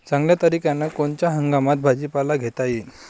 चांगल्या तरीक्यानं कोनच्या हंगामात भाजीपाला घेता येईन?